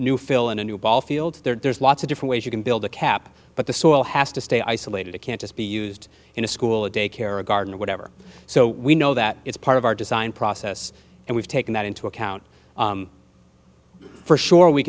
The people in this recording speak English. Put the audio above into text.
new fill and a new ball field there's lots of different ways you can build a cap but the soil has to stay isolated it can't just be used in a school or daycare or a garden or whatever so we know that it's part of our design process and we've taken that into account for sure we